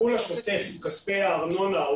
הטיפול השוטף, כספי הארנונה,